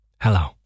Hello